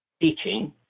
teaching